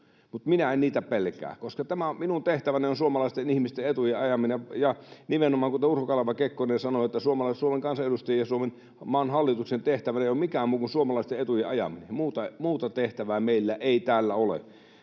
mutta minä en niitä pelkää, koska minun tehtäväni on suomalaisten ihmisten etujen ajaminen, ja kuten Urho Kaleva Kekkonen sanoi, Suomen kansanedustajien ja Suomen maan hallituksen tehtävänä ei nimenomaan ole mikään muu kuin suomalaisten etujen ajaminen, muuta tehtävää meillä ei täällä ole.